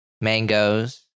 mangoes